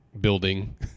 Building